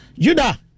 Judah